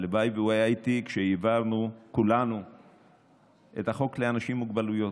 הלוואי שהוא היה איתי כשהעברנו כולנו את החוק לאנשים עם מוגבלויות.